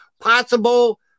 possible